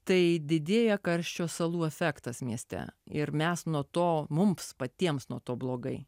tai didėja karščio karščio salų efektasmieste ir mes nuo to mums patiems nuo to blogai